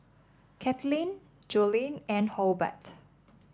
Katelin Joline and Hobart